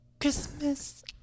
Christmas